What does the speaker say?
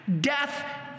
death